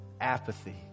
apathy